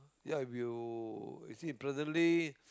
ya will you see presently